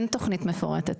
אין תוכנית מפורטת.